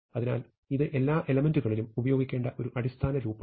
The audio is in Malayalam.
അതിനാൽ ഇത് എല്ലാ എലെമെന്റുകളിലും ഉപയോഗിക്കേണ്ട ഒരു അടിസ്ഥാന ലൂപ്പാണ്